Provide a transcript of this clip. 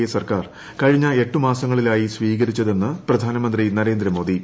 A സർക്കാർ കഴിഞ്ഞ എട്ട് മാസങ്ങളിലായി സ്വീകരിച്ചതെന്ന് പ്രധാനമന്ത്രി നരേന്ദ്ര മോദി